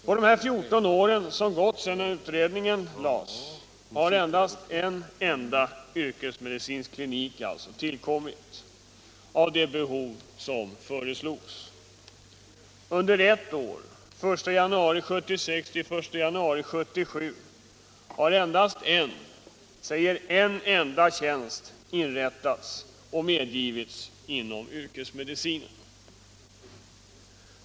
Under de 14 år som gått sedan utredningen lades fram har endast en av de föreslagna yrkesmedicinska klinikerna tillkommit. Under ett år — från den 1 januari 1976 till den 1 januari 1977 — har endast en — säger en —- tjänst medgivits och inrättats inom yrkesmedicinen.